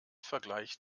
vergleich